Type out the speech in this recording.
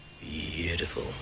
Beautiful